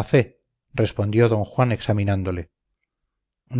a fe respondió d juan examinándole